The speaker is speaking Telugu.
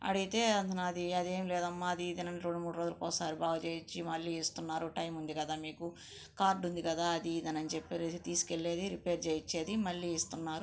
అడిగితే అది నాది అది ఏమీ లేదమ్మా అది ఇది అని రెండు మూడు రోజులకి ఒకసారి బాగు చేయించి మళ్ళీ ఇస్తున్నారు టైము ఉంది కదా మీకు కార్డ్ ఉంది కదా అది ఇది అని చెప్పేసి రోజూ తీసుకెళ్ళేది రిపేర్ చేయించేది మళ్ళీ ఇస్తున్నారు